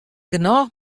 genôch